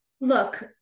Look